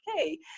okay